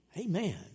Amen